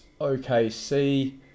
okc